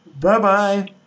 Bye-bye